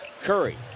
Curry